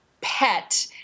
pet